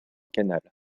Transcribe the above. canal